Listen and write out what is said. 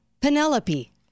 Penelope